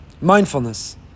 mindfulness